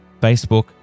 Facebook